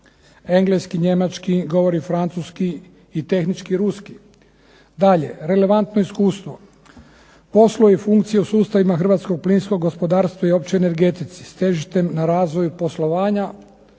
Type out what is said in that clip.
engleski, njemački, govori francuski i tehnički ruski. Dalje, relevantno iskustvo. Poslovi funkcije u sustavima hrvatskog plinskog gospodarstva i općoj energetici s težištem na razvoju poslovanja,